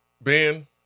Ben